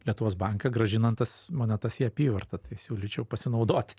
lietuvos banką grąžinant tas monetas į apyvartą tai siūlyčiau pasinaudoti